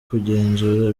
kugenzura